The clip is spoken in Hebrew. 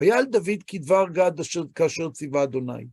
ויעל דוד כדבר גד כאשר ציווה ה'.